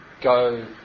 go